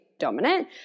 dominant